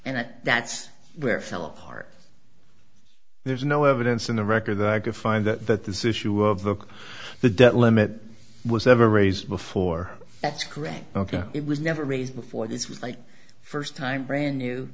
and that's where it fell apart there's no evidence in the record that i could find that that this issue of the debt limit was ever raised before that's correct ok it was never raised before this was like st time brand new